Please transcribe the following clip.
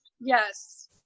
yes